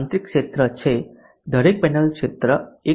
આંતરિક ક્ષેત્ર છે દરેક પેનલ ક્ષેત્ર 1